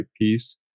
piece